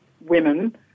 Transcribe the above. women